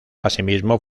asimismo